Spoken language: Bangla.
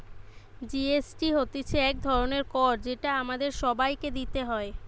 জি.এস.টি হতিছে এক ধরণের কর যেটা আমাদের সবাইকে দিতে হয়